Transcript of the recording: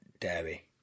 dairy